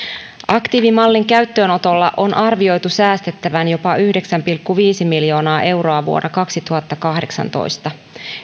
aktiivimallin käyttöönotolla on arvioitu säästettävän jopa yhdeksän pilkku viisi miljoonaa euroa vuonna kaksituhattakahdeksantoista